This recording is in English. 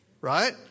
right